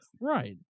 right